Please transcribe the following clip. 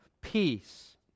peace